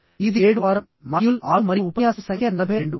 ఇది 7వ వారం మాడ్యూల్ 6 మరియు ఉపన్యాసం సంఖ్య 42